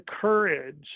courage